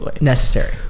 necessary